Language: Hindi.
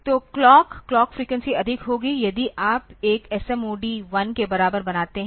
तो क्लॉक क्लॉक फ्रीक्वेंसी अधिक होगी यदि आप एक SMOD 1 के बराबर बनाते हैं